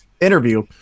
interview